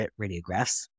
radiographs